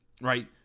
right